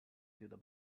through